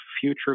future